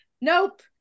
nope